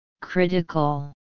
Critical